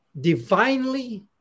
divinely